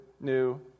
new